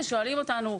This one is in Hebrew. ושואלים אותנו,